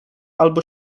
albo